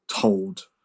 told